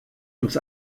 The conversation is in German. uns